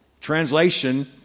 translation